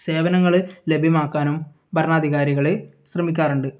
സേവനങ്ങൾ ലഭ്യമാക്കാനും ഭരണാധികാരികൾ ശ്രമിക്കാറുണ്ട്